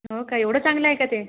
हो का एवढं चांगलं आहे का ते